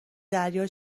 دریا